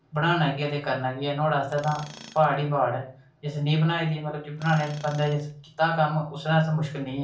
प्रेमचंद जी नै बड़े साहित्यकार रेह् न साढ़े भारत दे